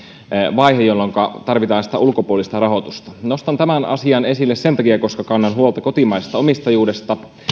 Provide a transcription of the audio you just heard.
vaihe jolloinka tarvitaan sitä ulkopuolista rahoitusta nostan tämän asian esille sen takia koska kannan huolta kotimaisesta omistajuudesta